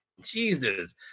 Jesus